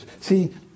See